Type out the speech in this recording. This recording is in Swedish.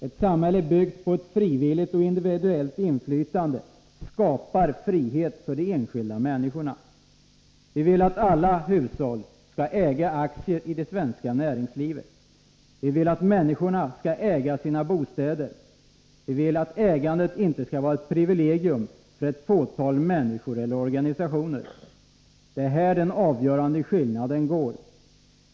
Ett samhälle byggt på ett frivilligt och individuellt inflytande skapar frihet för de enskilda människorna. Vi vill att alla hushåll skall äga aktier i det svenska näringslivet. Vi vill att människorna skall äga sina bostäder. Vi vill att ägandet inte skall vara ett privilegium för ett fåtal människor eller organisationer. Det är här den avgörande skiljelinjen går.